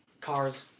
Cars